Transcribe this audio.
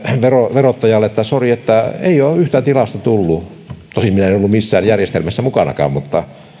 verottajalle että sori ei ole yhtään tilausta tullut tosin minä en ollut missään järjestelmässä mukanakaan mutta